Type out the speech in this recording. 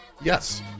Yes